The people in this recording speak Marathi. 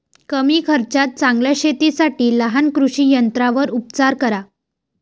कमी खर्चात चांगल्या शेतीसाठी लहान कृषी यंत्रांवर उपचार करा